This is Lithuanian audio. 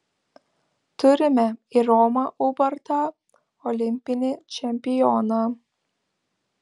turime ir romą ubartą olimpinį čempioną